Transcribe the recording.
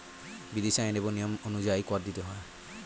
বিদেশী আইন এবং নিয়ম অনুযায়ী কর দিতে হয়